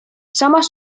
samas